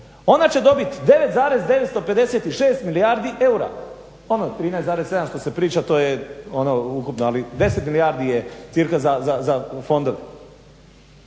ona će dobit 9, 956 milijardi eura, ono 13,7 što se priča to je ono ukupno, ali 10 milijardi je cirka za fondove.